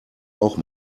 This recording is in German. auch